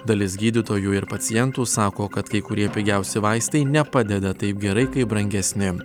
dalis gydytojų ir pacientų sako kad kai kurie pigiausi vaistai nepadeda taip gerai kaip brangesni